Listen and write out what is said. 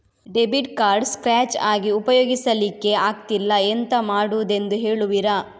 Debit card scratch ಆಗಿ ಉಪಯೋಗಿಸಲ್ಲಿಕ್ಕೆ ಆಗ್ತಿಲ್ಲ, ಎಂತ ಮಾಡುದೆಂದು ಹೇಳುವಿರಾ?